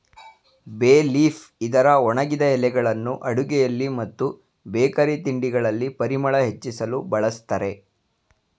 ಬೇ ಲೀಫ್ ಇದರ ಒಣಗಿದ ಎಲೆಗಳನ್ನು ಅಡುಗೆಯಲ್ಲಿ ಮತ್ತು ಬೇಕರಿ ತಿಂಡಿಗಳಲ್ಲಿ ಪರಿಮಳ ಹೆಚ್ಚಿಸಲು ಬಳ್ಸತ್ತರೆ